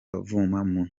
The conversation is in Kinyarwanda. kavumu